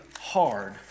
hard